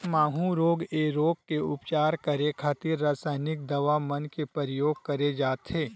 माहूँ रोग ऐ रोग के उपचार करे खातिर रसाइनिक दवा मन के परियोग करे जाथे